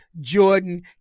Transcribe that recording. Jordan